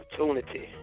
opportunity